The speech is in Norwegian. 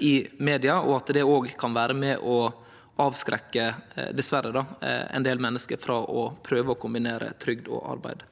i media, og at det òg dessverre kan vere med og avskrekke ein del menneske frå å prøve å kombinere trygd og arbeid.